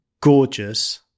gorgeous